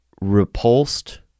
repulsed